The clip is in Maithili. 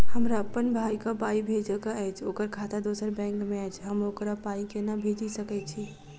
हमरा अप्पन भाई कऽ पाई भेजि कऽ अछि, ओकर खाता दोसर बैंक मे अछि, हम ओकरा पाई कोना भेजि सकय छी?